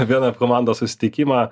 vieną komandą susitikimą